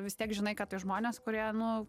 vis tiek žinai kad tai žmonės kurie nu